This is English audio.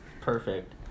Perfect